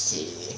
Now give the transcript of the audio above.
okay